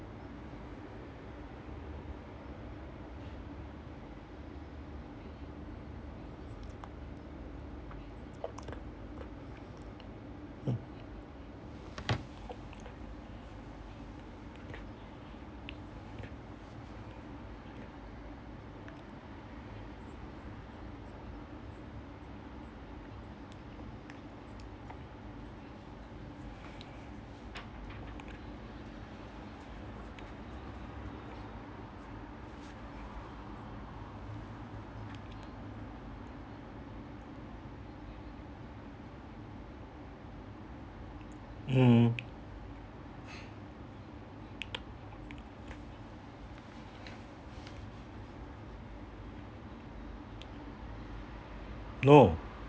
mm no